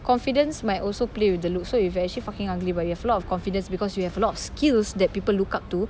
confidence might also play with the look so if you're actually fucking ugly but you have a lot of confidence because you have a lot of skills that people look up to